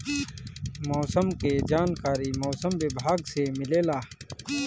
मौसम के जानकारी मौसम विभाग से मिलेला?